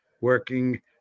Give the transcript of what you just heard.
working